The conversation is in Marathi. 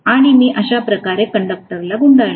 आणि मी अशा प्रकारे कंडक्टरला गुंडाळले